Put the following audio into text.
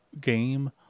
game